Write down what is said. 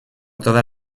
toda